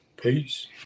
Peace